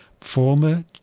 former